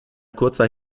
kurzer